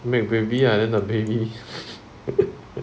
make baby ah then the baby